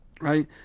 right